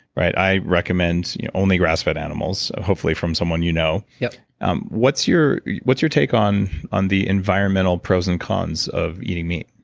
i recommend only grass-fed animals, hopefully from someone you know yep um what's your what's your take on on the environmental pros and cons of eating meat?